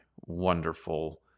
wonderful